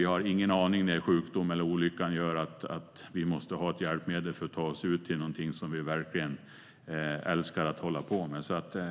Vi har ingen aning om när sjukdom eller olycka gör att vi måste ha ett hjälpmedel för att ta oss ut till någonting som vi verkligen älskar att hålla på med.